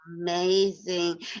amazing